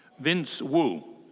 vince wu.